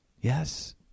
Yes